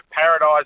Paradise